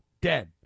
dead